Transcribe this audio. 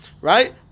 right